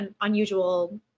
unusual